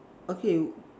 okay